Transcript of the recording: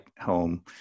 home